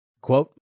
Quote